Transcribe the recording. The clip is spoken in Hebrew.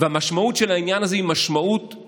והמשמעות של העניין הזה היא בעיקר